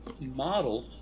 model